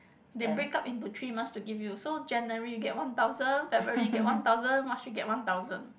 they break up into three months to give you so January you get one thousand February you get one thousand March you get one thousand